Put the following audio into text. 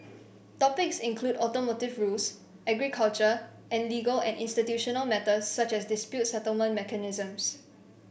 topics include automotive rules agriculture and legal and institutional matters such as dispute settlement mechanisms